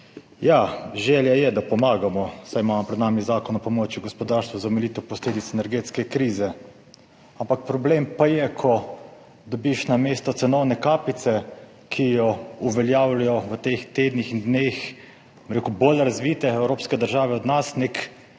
Želja je, da pomagamo, saj imamo pred nami Zakon o pomoči gospodarstvu za omilitev posledic energetske krize, ampak problem pa je, ko dobiš namesto cenovne kapice, ki jo uveljavljajo v teh dneh in tednih bolj razvite evropske države od nas, nek